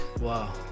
Wow